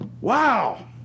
Wow